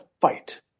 fight